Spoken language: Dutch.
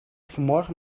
vanmorgen